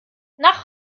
nach